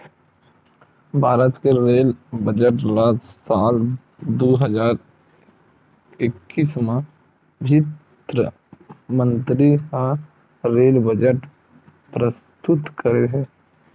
भारत के rail budget ल साल दू हजार एक्कीस म बित्त मंतरी ह रेल बजट प्रस्तुत करे हे